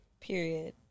Period